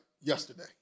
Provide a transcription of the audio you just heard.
yesterday